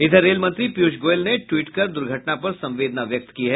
इधर रेल मंत्री पीयूष गोयल ने ट्वीट कर दुर्घटना पर संवेदना व्यक्त की है